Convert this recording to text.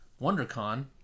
WonderCon